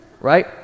right